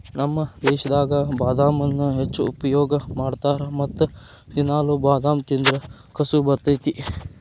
ನಮ್ಮ ದೇಶದಾಗ ಬಾದಾಮನ್ನಾ ಹೆಚ್ಚು ಉಪಯೋಗ ಮಾಡತಾರ ಮತ್ತ ದಿನಾಲು ಬಾದಾಮ ತಿಂದ್ರ ಕಸು ಬರ್ತೈತಿ